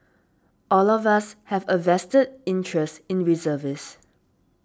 all of us have a vested interest in reservist